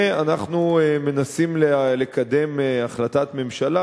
ואנחנו מנסים לקדם החלטת ממשלה.